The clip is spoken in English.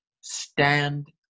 stand